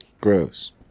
Gross